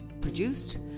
produced